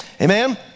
Amen